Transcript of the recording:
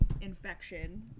infection